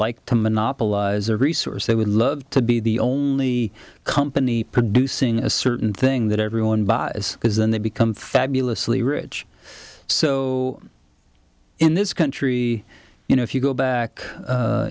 like to monopolize a resource they would love to be the only company producing a certain thing that everyone buys because then they become fabulously rich so in this country you know if you go back